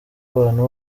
abantu